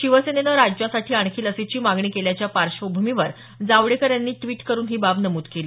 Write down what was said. शिवसेनेनं राज्यासाठी आणखी लसीची मागणी केल्याच्या पार्श्वभूमीवर जावडेकर यांनी ड्विट करून ही बाब नमूद केली